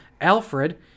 Alfred